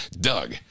Doug